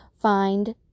find